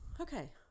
okay